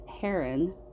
heron